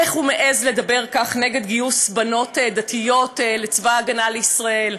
איך הוא מעז לדבר כך נגד גיוס בנות דתיות לצבא ההגנה לישראל?